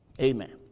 Amen